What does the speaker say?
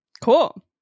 Cool